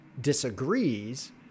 disagrees